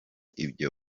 ibyo